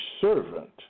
servant